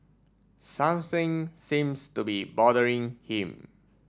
something seems to be bothering him